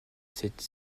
cette